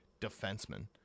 defenseman